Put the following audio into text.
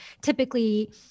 typically –